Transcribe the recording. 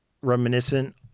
reminiscent